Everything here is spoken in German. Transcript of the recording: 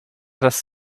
dass